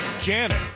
Janet